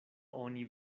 oni